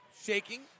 shaking